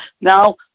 now